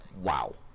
wow